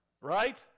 right